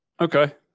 Okay